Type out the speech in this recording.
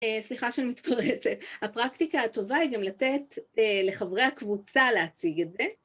סליחה שאני מתפרצת, הפרקטיקה הטובה היא גם לתת לחברי הקבוצה להציג את זה